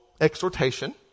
exhortation